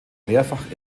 mehrfach